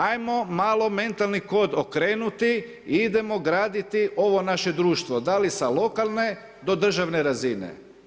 Ajmo malo mentalni kod okrenuti i idemo graditi ovo naše društvo da li sa lokalne do državne razine.